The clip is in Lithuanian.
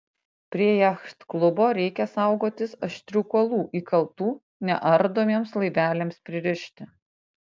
prie jachtklubo reikia saugotis aštrių kuolų įkaltų neardomiems laiveliams pririšti